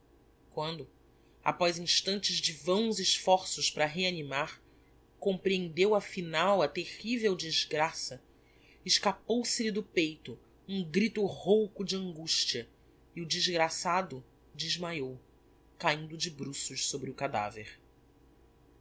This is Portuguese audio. quando após instantes de vãos esforços para a reanimar comprehendeu afinal a terrivel desgraça escapou se lhe do peito um grito rouco de angustia e o desgraçado desmaiou caindo de bruços sobre o cadaver